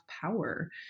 power